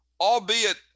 Albeit